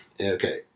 okay